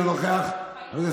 אינו נוכח,